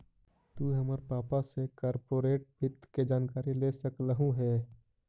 तु हमर पापा से कॉर्पोरेट वित्त के जानकारी ले सकलहुं हे